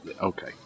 Okay